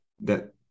that-